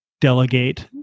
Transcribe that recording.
delegate